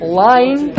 lying